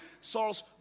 Saul's